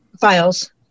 files